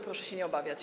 Proszę się nie obawiać.